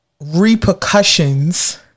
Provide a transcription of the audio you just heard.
repercussions